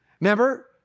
Remember